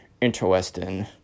interesting